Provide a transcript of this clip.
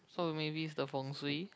so maybe it's the Feng-shui